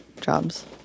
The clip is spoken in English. jobs